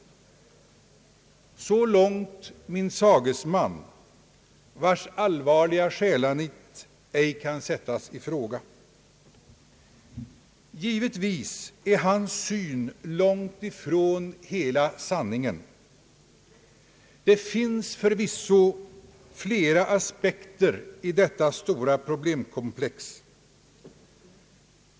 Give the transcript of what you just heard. Så långt min sagesman, vars allvarliga själanit ej kan sättas i fråga. Givetvis är hans uppfattning lång ifrån hela sanningen. Det finns förvisso flera aspekter i detta stora problemkomplex.